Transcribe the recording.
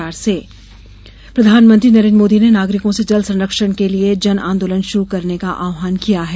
मन की बात प्रधानमंत्री नरेंद्र मोदी ने नागरिकों से जल संरक्षण के लिये जन आंदोलन शुरू करने का आहवान किया है